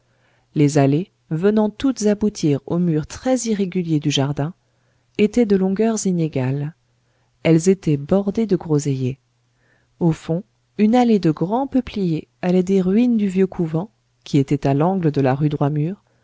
les allées venant toutes aboutir aux murs très irréguliers du jardin étaient de longueurs inégales elles étaient bordées de groseilliers au fond une allée de grands peupliers allait des ruines du vieux couvent qui était à l'angle de la rue